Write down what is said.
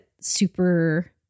super